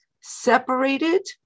separated